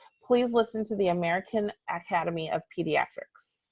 please listen to the american academy of pediatrics.